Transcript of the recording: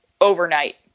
overnight